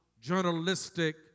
journalistic